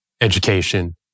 education